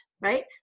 right